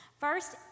First